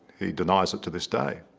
he denies it to this day.